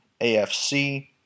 AFC